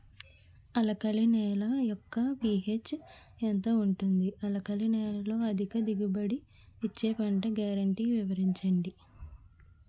Alkali నేల యెక్క pH ఎంత ఉంటుంది? ఆల్కలి నేలలో అధిక దిగుబడి ఇచ్చే పంట గ్యారంటీ వివరించండి?